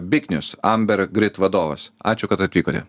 biknius ambergrit vadovas ačiū kad atvykote